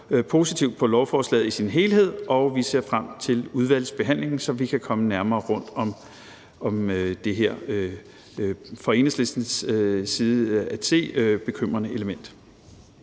positivt på lovforslaget i sin helhed, og vi ser frem til udvalgsbehandlingen, så vi kan komme nærmere rundt om det her for Enhedslisten at se bekymrende element.